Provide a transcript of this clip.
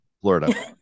Florida